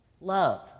Love